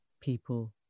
people